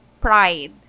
pride